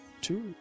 two